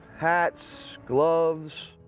hats, gloves,